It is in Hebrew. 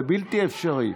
זה בלתי אפשרי.